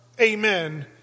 amen